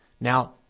Now